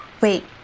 Wait